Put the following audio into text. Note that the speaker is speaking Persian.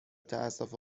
تاسف